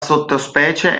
sottospecie